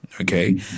Okay